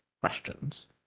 questions